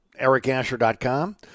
Ericasher.com